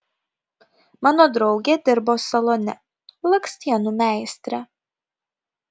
mano draugė dirbo salone blakstienų meistre